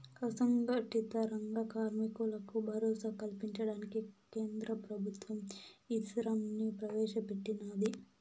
అసంగటిత రంగ కార్మికులకు భరోసా కల్పించడానికి కేంద్ర ప్రభుత్వం ఈశ్రమ్ ని ప్రవేశ పెట్టినాది